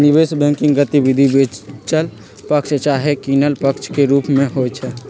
निवेश बैंकिंग गतिविधि बेचल पक्ष चाहे किनल पक्ष के रूप में होइ छइ